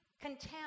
contempt